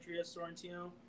Sorrentino